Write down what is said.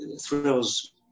thrills